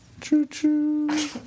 Choo-choo